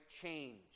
change